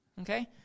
Okay